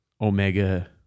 Omega